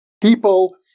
people